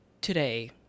Today